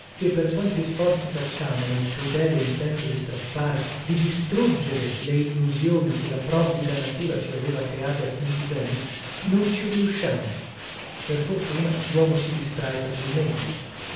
che per quanti sforzi facciamo nel crudele intento di strappare di distruggere le illusioni che la provvida natura ci aveva create a fin di bene non ci riusciamo per fortuna luomo si distrae facilmente